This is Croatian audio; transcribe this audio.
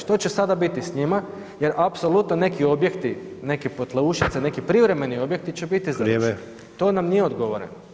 Što će sada biti s njima jer apsolutno neki objekti, neke potleušice, neki privremeni objekti će biti [[Upadica: Vrijeme.]] za …/nerazumljivo/… to nam nije odgovoreno.